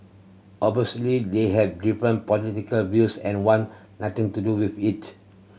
obviously they have different political views and want nothing to do with it